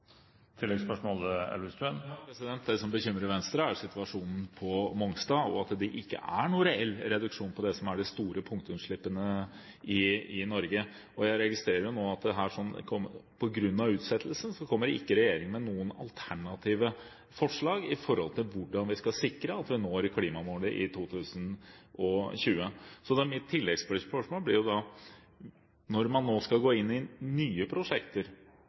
Det som bekymrer Venstre, er situasjonen på Mongstad og at det ikke er noen reell reduksjon av de store punktutslippene i Norge. Jeg registrerer jo nå her at på grunn av utsettelsen kommer ikke regjeringen med noen alternative forslag til hvordan vi skal sikre at vi når klimamålet i 2020. Mitt tilleggsspørsmål blir jo da: Når man nå skal gå inn i nye prosjekter